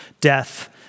death